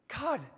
God